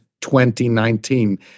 2019